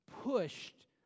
pushed